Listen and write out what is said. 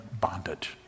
bondage